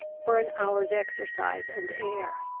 for an hour's exercise and air,